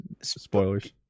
Spoilers